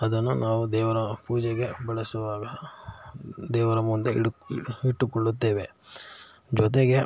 ಅದನ್ನು ನಾವು ದೇವರ ಪೂಜೆಗೆ ಬಳಸುವಾಗ ದೇವರ ಮುಂದೆ ಇಡು ಇಟ್ಟುಕೊಳ್ಳುತ್ತೇವೆ ಜೊತೆಗೆ